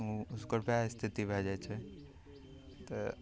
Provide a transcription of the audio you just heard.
ओकर वएह इस्थिति भए जाए छै तऽ